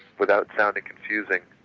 without sounding confusing.